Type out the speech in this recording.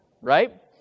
right